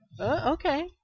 okay